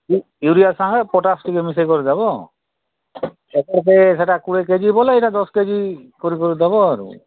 urea ଶହେ potash କିଲେ ମିଶେଇକି ଦେବ ସେଟା କୋଡ଼ିଏ କେ ଜି ବୋଲେ ଦଶ କେ ଜି କରିକରି ଦେବ ଆରୁ